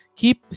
keep